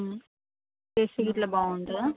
taste గిట్ల బాగుంటుందా